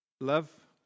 love